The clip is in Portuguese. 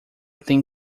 tem